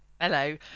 Hello